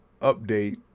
update